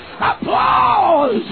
Applause